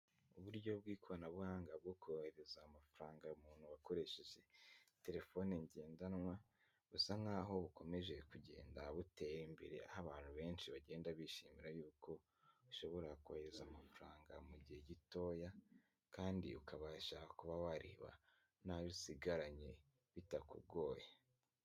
Uburyo bw'ikoranabuhanga bwo kohereza amafaranga umuntu akoresheje terefone ngendanwa busa nk'aho bukomeje kugenda butera imbere, aho abantu benshi bagenda bishimira yuko ushobora kohereza amafaranga mu gihe gitoya kandi ukabasha kuba wareba n'ayo usigaranye bitakugoye.